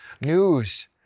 news